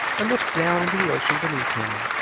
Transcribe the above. and looked down into the ocean beneath him.